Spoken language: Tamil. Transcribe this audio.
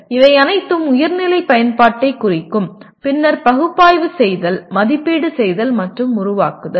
இவை அனைத்தும் உயர் நிலை பயன்பாட்டைக் குறிக்கும் பின்னர் பகுப்பாய்வு செய்தல் மதிப்பீடு செய்தல் மற்றும் உருவாக்குதல்